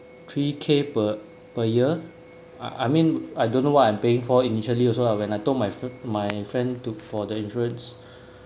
three K per per year I mean I don't know what I'm paying for initially also lah when I told my friend my friend to for the insurance